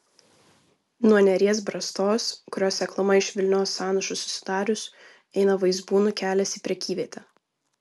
nuo neries brastos kurios sekluma iš vilnios sąnašų susidarius eina vaizbūnų kelias į prekyvietę